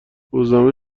روزنامه